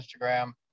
instagram